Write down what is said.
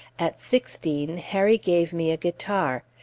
at sixteen, harry gave me a guitar.